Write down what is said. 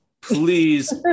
Please